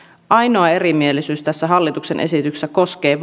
ainoa erimielisyys tässä hallituksen esityksessä koskee